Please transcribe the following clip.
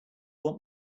want